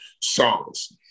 songs